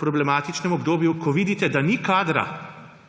problematičnem obdobju, ko vidite, da ni kadra,